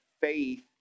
faith